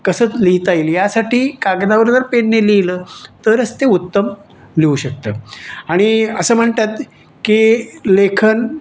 कसं लिहिता येईल येईल यासाठी कागदावर जर पेनने लिहिलं तरच ते उत्तम लिहू शकतात आणि असं म्हणतात की लेखन